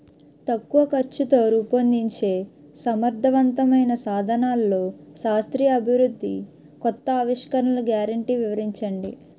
తక్కువ ఖర్చుతో రూపొందించే సమర్థవంతమైన సాధనాల్లో శాస్త్రీయ అభివృద్ధి కొత్త ఆవిష్కరణలు గ్యారంటీ వివరించండి?